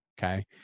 Okay